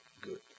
good